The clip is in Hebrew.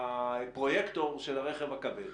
הפרויקטור של הרכב הכבד?